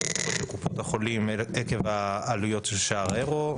תרופות בקופות החולים עקב העלויות של שער האירו,